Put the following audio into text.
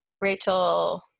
rachel